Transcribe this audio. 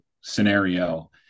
scenario